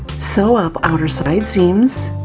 sew up outer side seams,